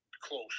close